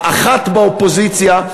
האחת באופוזיציה,